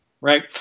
Right